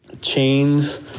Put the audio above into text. Chains